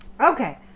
Okay